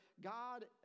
God